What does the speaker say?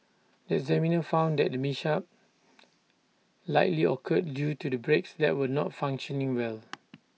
the examiner found that the mishap likely occurred due to the brakes that were not functioning well